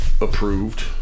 approved